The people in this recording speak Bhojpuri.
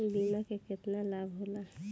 बीमा के केतना लाभ होला?